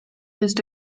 used